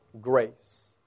grace